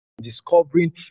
discovering